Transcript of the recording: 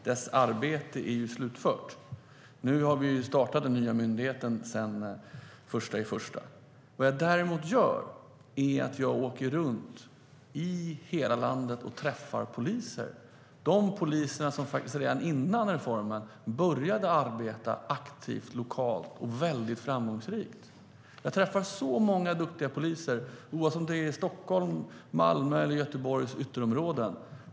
Dess arbete är ju slutfört. Den nya myndigheten startade sitt arbete den 1 januari. Vad jag däremot gör är att jag åker runt i hela landet och träffar poliser, bland annat de poliser som redan före reformen började arbeta aktivt lokalt och mycket framgångsrikt. Jag träffar så många duktiga poliser, oavsett om de befinner sig i Stockholm, Malmö eller Göteborgs ytterområden.